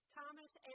Thomas